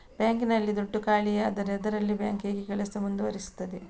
Bank ನಲ್ಲಿ ದುಡ್ಡು ಖಾಲಿಯಾದರೆ ಅದರಲ್ಲಿ ಬ್ಯಾಂಕ್ ಹೇಗೆ ಕೆಲಸ ಮುಂದುವರಿಸುತ್ತದೆ?